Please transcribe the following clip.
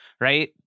right